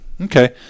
okay